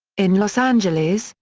in los angeles,